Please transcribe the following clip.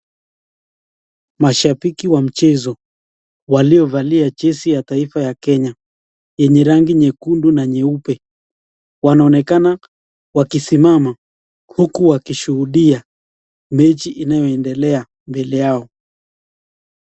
Mashambiki wa mchezo waliovalia jezi ya taifa ya Kenya yenye rangi nyekundu na nyeupe wanaonekana wakisimama uku wakishuhudia mechi inayoendelea mbele yao.